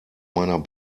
meiner